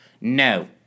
No